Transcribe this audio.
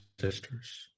sisters